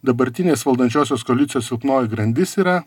dabartinės valdančiosios koalicijos silpnoji grandis yra